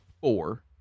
four